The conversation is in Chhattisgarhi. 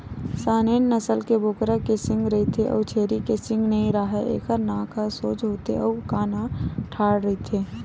सानेन नसल के बोकरा के सींग रहिथे अउ छेरी के सींग नइ राहय, एखर नाक ह सोज होथे अउ कान ह ठाड़ रहिथे